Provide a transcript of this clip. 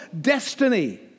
destiny